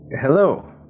Hello